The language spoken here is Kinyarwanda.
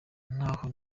naho